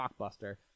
blockbuster